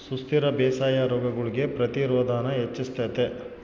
ಸುಸ್ಥಿರ ಬೇಸಾಯಾ ರೋಗಗುಳ್ಗೆ ಪ್ರತಿರೋಧಾನ ಹೆಚ್ಚಿಸ್ತತೆ